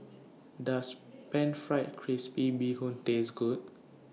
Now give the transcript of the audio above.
Does Pan Fried Crispy Bee Hoon Taste Good